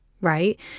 right